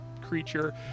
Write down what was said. creature